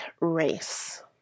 race